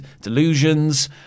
delusions